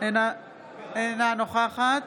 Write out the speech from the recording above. אינה נוכחת